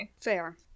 Fair